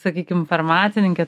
sakykim farmacininkė